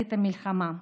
בחזית המלחמה.